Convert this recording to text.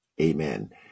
amen